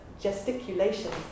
gesticulations